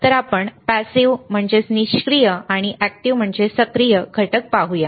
तर आपण पॅसिव्ह निष्क्रिय आणि एक्टिव सक्रिय घटक पाहूया